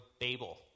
Babel